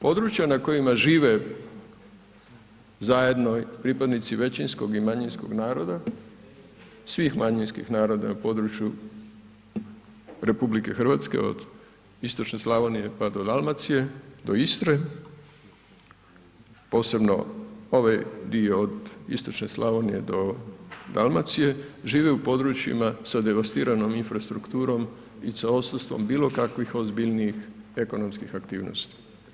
Područja na kojima žive zajedno pripadnici većinskog i manjinskog naroda svih manjinskih naroda na području RH od istočne Slavonije pa do Dalmacije do Istre, posebno ovaj dio od istočne Slavonije do Dalmacije, žive u područjima sa devastiranom infrastrukturom i sa odsustvom bilo kakvih ozbiljnijih ekonomskih aktivnosti.